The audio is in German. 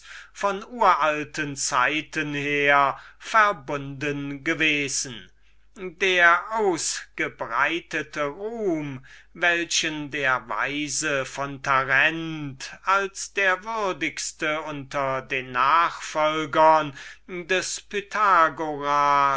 von uralten zeiten her verbunden der ausgebreitete ruhm welchen sich der philosoph von tarent als der würdigste unter den nachfolgern des